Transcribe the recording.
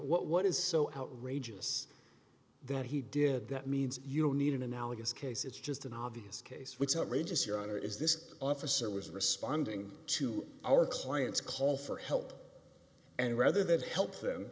what what is so outrageous that he did that means you don't need an analogous case it's just an obvious case which have rages your honor is this officer was responding to our clients call for help and rather than help